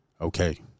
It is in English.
okay